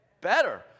better